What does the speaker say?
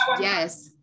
yes